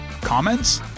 Comments